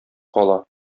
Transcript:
кала